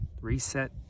Reset